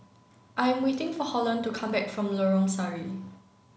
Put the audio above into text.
I am waiting for Holland to come back from Lorong Sari